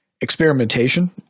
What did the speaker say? experimentation